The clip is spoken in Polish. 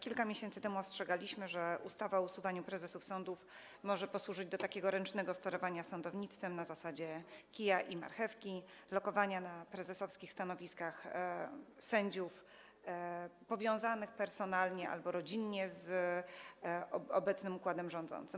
Kilka miesięcy temu ostrzegaliśmy, że ustawa o usuwaniu prezesów sądów może posłużyć do takiego ręcznego sterowania sądownictwem na zasadzie kija i marchewki, lokowania na prezesowskich stanowiskach sędziów powiązanych personalnie albo rodzinnie z obecnym układem rządzącym.